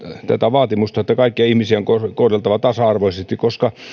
vaatimusta että kaikkia ihmisiä on kohdeltava tasa arvoisesti koska